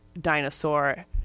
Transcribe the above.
dinosaur